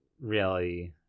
reality